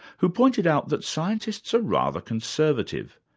who pointed out that scientists are rather conservative,